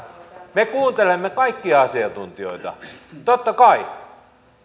me kuuntelemme kaikkia asiantuntijoita totta kai